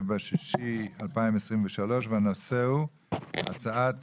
ה-19.06.2023, והנושא הוא הצעת